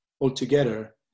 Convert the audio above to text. altogether